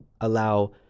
allow